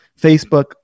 Facebook